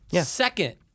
Second